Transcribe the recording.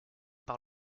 par